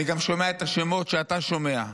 אני גם שומע את השמות שאתה שומע,